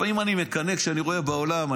לפעמים אני מקנא כשאני רואה בעולם,